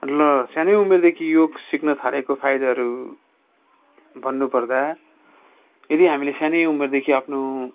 ल सानै उमेरदेखि योग सिक्नथालेको फाइदाहरू भन्नुपर्दा यदि हामीले सानै उमेरदेखि आफ्नो